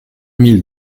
mille